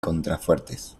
contrafuertes